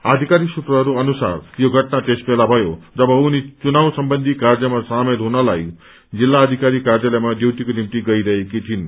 आधिकारिक सूत्रहरू अनुसार यो घटना त्यसबेला भयो जब उनी चुनाव सम्बन्धी कार्यमा सामेल हुनको निम्ति जिल्लाधिकारी कार्यालयमा डयूटीको निम्ति गइरहेकी थिइन्